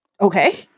okay